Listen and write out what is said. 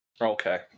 Okay